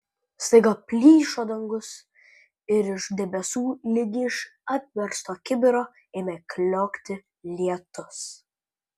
staiga plyšo dangus ir iš debesų lyg iš apversto kibiro ėmė kliokti lietus